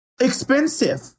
expensive